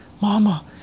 Mama